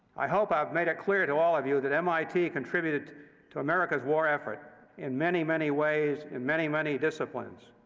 i hope i've made it clear to all of you that mit contributed to america's war effort in many, many ways, in many, many disciplines.